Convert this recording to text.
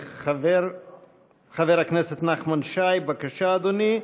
חבר הכנסת נחמן שי, בבקשה, אדוני.